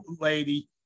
lady